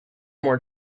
more